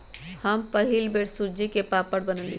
हम पहिल बेर सूज्ज़ी के पापड़ बनलियइ